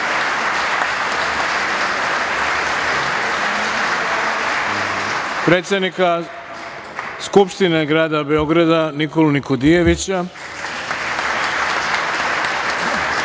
predsednika Skupštine grada Beograda Nikolu Nikodijevića